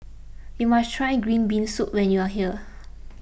you must try Green Bean Soup when you are here